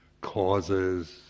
causes